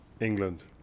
England